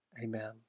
Amen